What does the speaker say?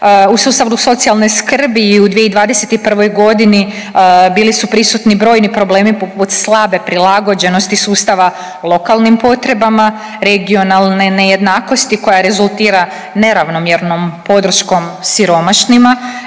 U sustavu socijalne skrbi i u 2021. g. bili su prisutni brojni problemi poput slabe prilagođenosti sustava lokalnim potrebama, regionalne nejednakosti koja rezultira neravnomjernom podrškom siromašnima,